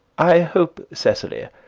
i hope, cecily,